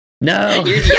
No